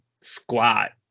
squat